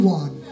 one